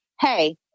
Hey